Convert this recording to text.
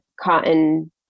cotton